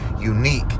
unique